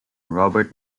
robert